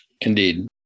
Indeed